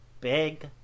big